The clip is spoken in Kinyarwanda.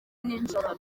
n’ijoro